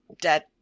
dead